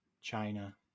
China